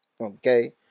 okay